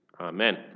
Amen